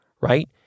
right